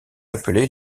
appelée